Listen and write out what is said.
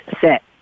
set